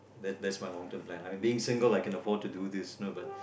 that that's my long term plan I mean being single I can afford to do this no but